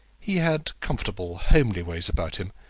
he had comfortable, homely ways about him,